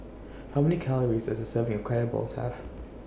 How Many Calories Does A Serving of Kaya Balls Have